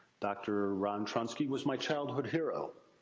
dr. ron trunsky was my childhood hero.